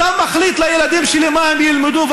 אתה מחליט לילדים שלי מה הם ילמדו,